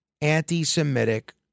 anti-Semitic